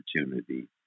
opportunity